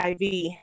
IV